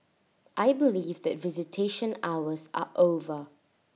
I believe that visitation hours are over